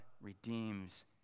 redeems